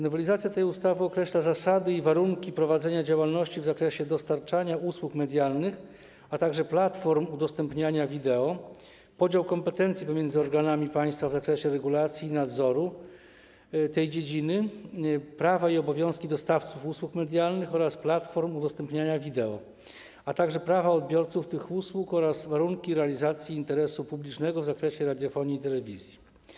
Nowelizacja tej ustawy określa zasady i warunki prowadzenia działalności w zakresie dostarczania usług medialnych, a także platform udostępniania wideo, podział kompetencji pomiędzy organami państwa w zakresie regulacji i nadzoru tej dziedziny, prawa i obowiązki dostawców usług medialnych oraz platform udostępniania wideo, a także prawa odbiorców tych usług oraz warunki realizacji interesu publicznego w zakresie radiofonii i telewizji.